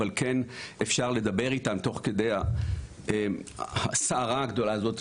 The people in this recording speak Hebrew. אבל כן אפשר לדבר איתם תוך כדי הסערה הגדולה הזאת.